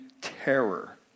terror